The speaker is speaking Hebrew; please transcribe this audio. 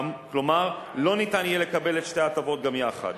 כלומר לא ניתן יהיה לקבל את שתי ההטבות גם יחד,